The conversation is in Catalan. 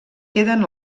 queden